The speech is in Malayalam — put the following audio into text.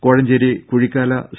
കോഴഞ്ചേരി കുഴിക്കാല സി